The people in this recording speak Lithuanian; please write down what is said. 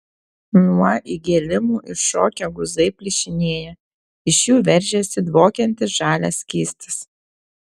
nuo įgėlimų iššokę guzai plyšinėja iš jų veržiasi dvokiantis žalias skystis